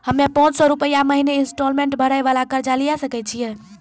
हम्मय पांच सौ रुपिया महीना इंस्टॉलमेंट भरे वाला कर्जा लिये सकय छियै?